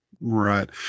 right